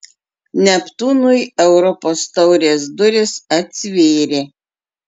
neptūnui europos taurės durys atsivėrė